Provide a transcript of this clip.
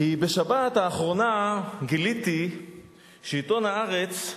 כי בשבת האחרונה גיליתי שעיתון "הארץ"